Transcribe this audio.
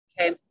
Okay